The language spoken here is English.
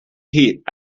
peat